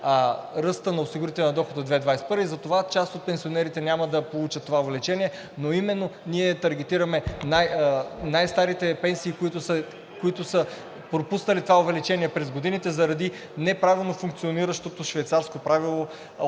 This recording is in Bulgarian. ръста на осигурителния доход за 2021 г. и затова част от пенсионерите няма да получат това увеличение. Но ние таргетираме именно най-старите пенсии, които са пропуснали това увеличение през годините заради неправилно функциониращото швейцарско правило